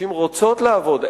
נשים רוצות לעבוד,